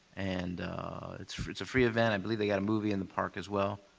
and it's it's a free event. i believe they've got a movie in the park as well,